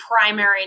primary